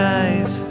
eyes